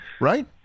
Right